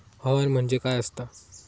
हवामान म्हणजे काय असता?